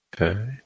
Okay